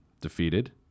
Defeated